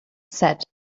said